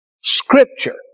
Scripture